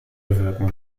bewirken